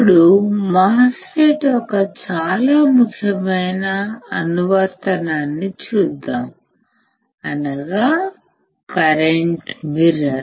ఇప్పుడు MOSFET యొక్క చాలా ముఖ్యమైన అనువర్తనాన్ని చూద్దాం అనగా కరెంటు మిర్రర్